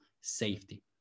safety